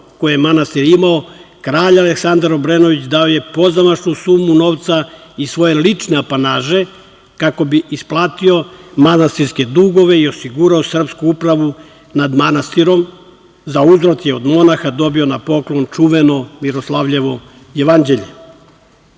koje je manastir imao, kralj Aleksandar Obrenović dao je pozamašnu sumu novca iz svoje lične apanaže kako bi isplatio manastirske dugove i osigurao srpsku upravu nad manastirom, za uzvrat je od monaha dobio na poklon čuveno Miroslavljevo jevanđelje. Kada